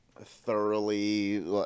thoroughly